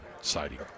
sighting